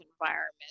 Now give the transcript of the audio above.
environment